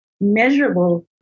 measurable